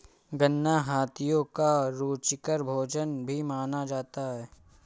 गन्ना हाथियों का रुचिकर भोजन भी माना जाता है